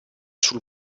sul